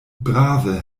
brave